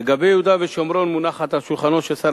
לגבי יהודה ושומרון מונחות על שולחנו של שר